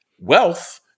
wealth